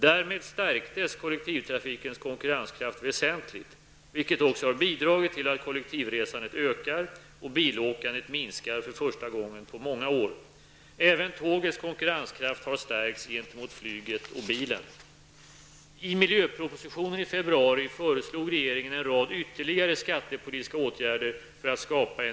Därmed stärktes kollektivtrafikens konkurrenskraft väsentligt, vilket också har bidragit till att kollektivresandet ökar och bilåkandet minskar för första gången på många år. Även tågets konkurrenskraft har stärkts gentemot flyget och bilen.